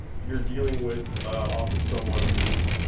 you're dealing with often someone who's